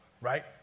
right